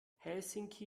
helsinki